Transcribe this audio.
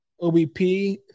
OBP